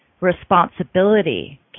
responsibility